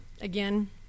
again